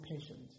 patient